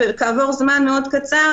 וכעבור זמן מאוד קצר